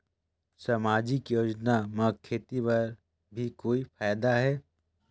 समाजिक योजना म खेती बर भी कोई फायदा है?